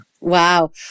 wow